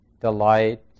delight